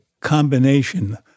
combination